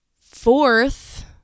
fourth